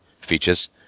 features